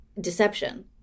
deception